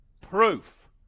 Proof